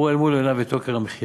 הוא רואה אל מול עיניו את יוקר המחיה.